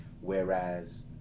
whereas